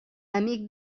amic